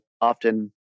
often